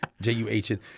J-U-H-N